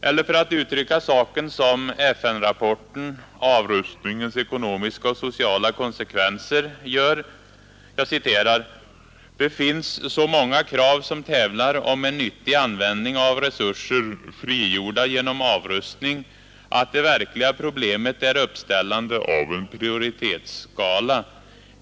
Eller för att uttrycka saken som FN-rapporten ”Avrustningens ekonomiska och sociala konsekvenser” gör: ”Det finns så många krav som tävlar om en nyttig användning av resurser frigjorda genom avrustning att det verkliga problemet är uppställande av en prioritetsskala.